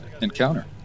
encounter